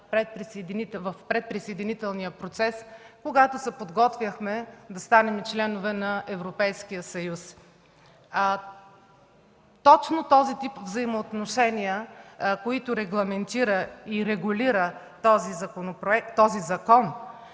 в предприсъединителния процес, когато се подготвяхме да станем член на Европейския съюз. Точно този тип взаимоотношения, които регламентира и регулира този закон,